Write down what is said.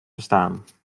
bestaan